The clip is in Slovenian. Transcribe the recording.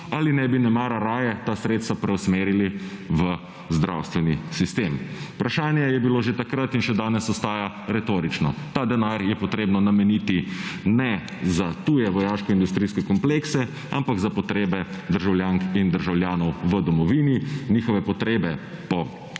ali nebi nemara raje ta sredstva preusmerili v zdravstveni sistem. Vprašanje je bilo že takrat in še danes ostaja retorično – ta denar je potrebno nameniti ne za tuje vojaško-industrijske komplekse, ampak za potrebe državljank in državljanov v domovini; njihove potrebe po